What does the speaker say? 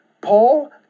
Paul